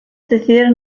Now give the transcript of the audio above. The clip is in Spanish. deciden